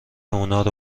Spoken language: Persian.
اونارو